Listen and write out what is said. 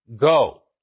Go